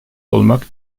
olmak